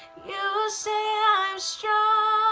you say i am strong